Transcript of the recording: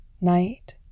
night